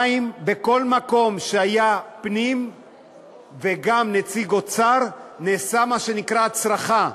2. בכל מקום שהיה פנים וגם נציג אוצר נעשה מה שנקרא הצרחה,